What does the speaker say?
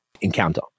encounter